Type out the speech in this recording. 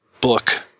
book